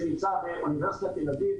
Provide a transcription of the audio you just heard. שנמצא באוניברסיטת תל-אביב,